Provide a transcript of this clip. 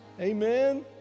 amen